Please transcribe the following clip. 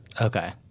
Okay